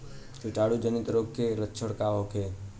कीटाणु जनित रोग के लक्षण का होखे?